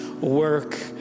work